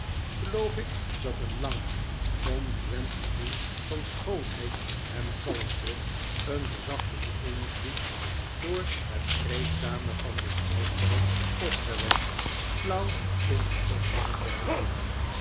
geloof ik dat een lang ontwend gevoel van schoonheid en kalmte een verzachtende invloed door het vreedzame van dit schouwspel opgewekt flauw in mijn borst begon te herleven